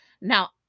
Now